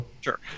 Sure